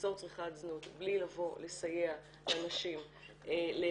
לאסור צריכת זנות בלי לבוא ולסייע לנשים להיחלץ,